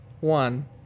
one